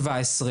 שלשום,